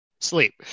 Sleep